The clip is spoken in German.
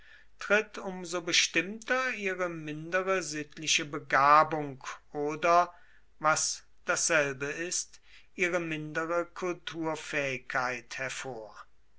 tritt um so bestimmter ihre mindere sittliche begabung oder was dasselbe ist ihre mindere kulturfähigkeit hervor